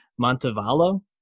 Montevallo